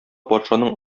патшаның